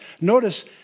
Notice